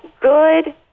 good